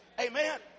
Amen